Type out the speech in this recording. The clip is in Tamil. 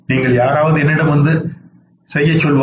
நீங்கள் யாராவது என்னிடம் ஏதாவது செய்யச் சொல்வார்கள்